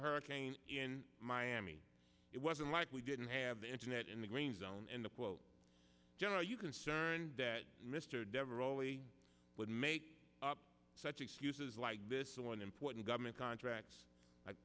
hurricane in miami it wasn't like we didn't have the internet in the green zone and a quote general you concerned that mr devereaux lee would make up such excuses like this one important government contracts like